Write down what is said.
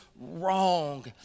wrong